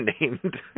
named